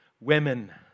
women